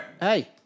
Hey